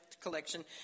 collection